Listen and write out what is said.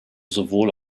sowohl